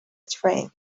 train